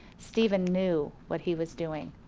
steven knew what he was doing.